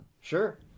Sure